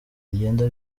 bigenda